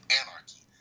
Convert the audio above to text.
anarchy